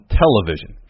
television